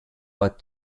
but